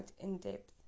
in-depth